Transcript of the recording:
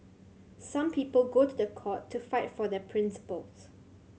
some people go to the court to fight for their principles